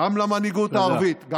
גם למנהיגות הערבית, תודה.